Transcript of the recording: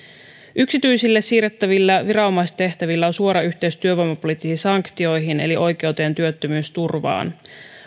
yksityisille siirrettävillä viranomaistehtävillä on suora yhteys työvoimapoliittisiin sanktioihin eli oikeuteen työttömyysturvaan